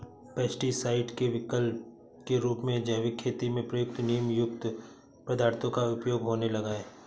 pesticide के विकल्प के रूप में जैविक खेती में प्रयुक्त नीमयुक्त पदार्थों का प्रयोग होने लगा है